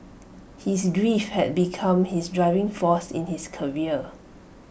his grief had become his driving force in his career